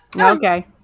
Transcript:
Okay